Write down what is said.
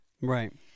right